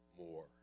more